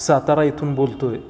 सातारा इथून बोलतो आहे